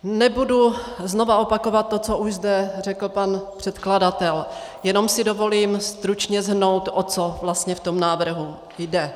Nebudu znovu opakovat to, co už zde řekl pan předkladatel, jenom si dovolím stručně shrnout, o co vlastně v návrhu jde.